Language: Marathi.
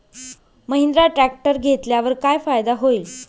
महिंद्रा ट्रॅक्टर घेतल्यावर काय फायदा होईल?